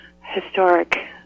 historic